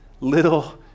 little